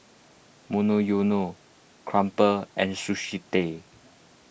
Monoyono Crumpler and Sushi Tei